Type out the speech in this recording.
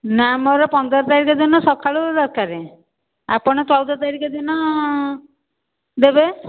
ନା ମୋର ପନ୍ଦର ତାରିଖ ଦିନ ସକାଳେ ଦରକାର ଆପଣ ଚଉଦ ତାରିଖ ଦିନ ଦେବେ